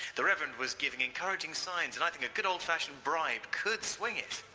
the reverend was giving encouraging signs and i think a good old-fashioned bribe could swing it.